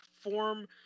form